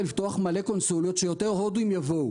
לפתוח מלא קונסוליות שיותר הודים יבואו.